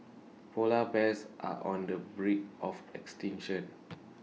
Polar Bears are on the brink of extinction